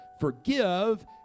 Forgive